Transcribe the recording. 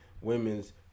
women's